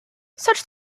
such